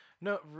No